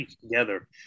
together